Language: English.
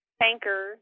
tanker